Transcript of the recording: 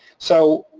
so,